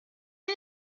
est